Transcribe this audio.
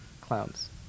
clowns